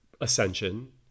ascension